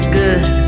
good